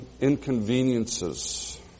inconveniences